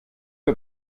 are